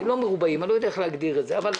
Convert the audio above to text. לא מרובעים, אני לא יודע איך להגדיר את זה, אבל.